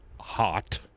hot